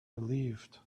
relieved